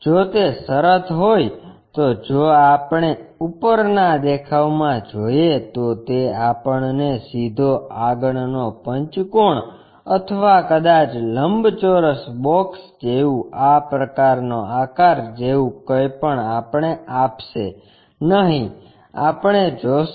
જો તે શરત હોય તો જો આપણે ઉપરના દેખાવમાં જોઈએ તો તે આપણને સીધો આગળનો પંચકોણ અથવા કદાચ લંબચોરસ બોક્સ જેવું આ પ્રકારનો આકાર જેવું કંઈ પણ આપશે નહીં આપણે જોશું